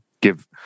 give